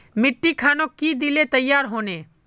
मिट्टी खानोक की दिले तैयार होने?